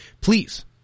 please